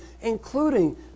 including